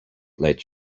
let